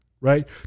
right